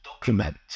document